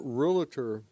realtor